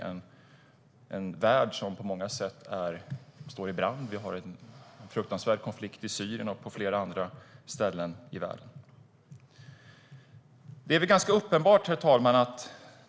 Vi har en värld som står i brand med fruktansvärda konflikter i Syrien och på flera andra ställen i världen. Herr talman!